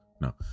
No